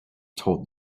told